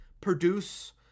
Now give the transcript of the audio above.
produce